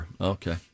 Okay